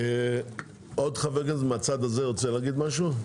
עוד חבר כנסת רוצה להגיד משהו?